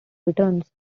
returns